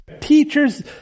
Teachers